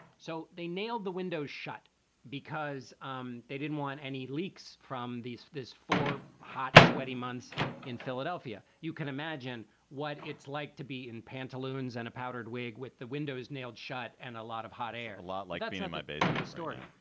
so they nailed the windows shut because um they didn't want any leaks from these this four hot, sweaty months in philadelphia. you can imagine what it's like to be in pantaloons and a powdered wig with the windows nailed shut. and a lot of hot air, a lot like being in my basement. historian.